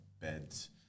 beds